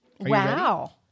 Wow